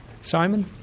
simon